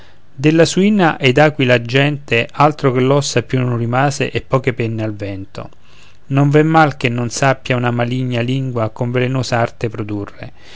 della suina ed aquilina gente altro che l'ossa più non rimase e poche penne al vento non v'è mal che non sappia una maligna lingua con velenosa arte produrre